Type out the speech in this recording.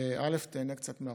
שתיהנה קצת מהחופש.